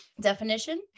Definition